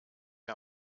wir